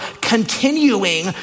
continuing